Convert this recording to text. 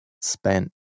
spent